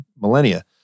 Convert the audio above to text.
millennia